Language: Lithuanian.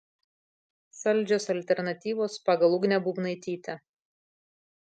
saldžios alternatyvos pagal ugnę būbnaitytę